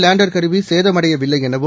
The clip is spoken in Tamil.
லேண்டர் கருவி சேதமடையவில்லை எனவும்